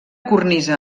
cornisa